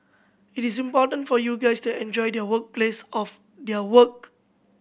it's important for you guys to enjoy their work place of their work